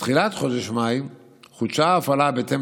בתחילת חודש מאי חודשה ההפעלה בהתאם